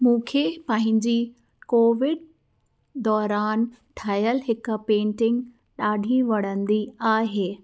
मूंखे पाहिंजी कोविड दौरान ठाहियलु हिकु पेंटिंग ॾाढी वणंदी आहे